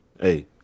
hey